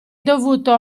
dovuto